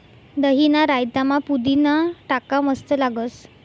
दहीना रायतामा पुदीना टाका मस्त लागस